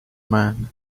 man